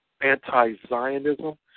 anti-zionism